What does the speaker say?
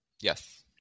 Yes